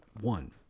one